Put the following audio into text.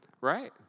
Right